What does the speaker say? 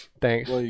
Thanks